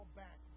back